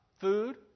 food